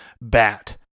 bat